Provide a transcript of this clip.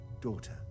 Daughter